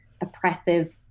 oppressive